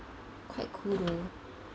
quite cool though